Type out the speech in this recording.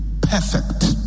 perfect